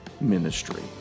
ministry